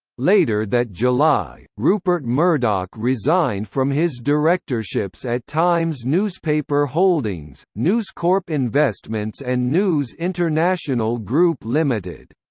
later that july, rupert murdoch resigned from his directorships at times newspaper holdings, newscorp investments and news international group limited.